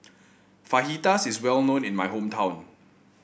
Fajitas is well known in my hometown